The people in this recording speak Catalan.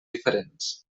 diferents